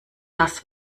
das